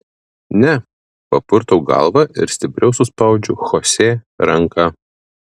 ne papurtau galvą ir stipriau suspaudžiu chosė ranką